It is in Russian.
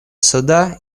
суда